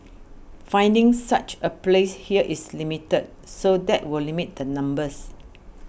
finding such a place here is limited so that will limit the numbers